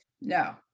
No